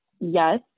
yes